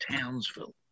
Townsville